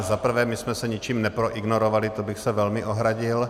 Za prvé, my jsme se ničím neproignorovali, to bych se velmi ohradil.